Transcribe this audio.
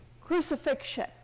Crucifixion